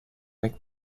avec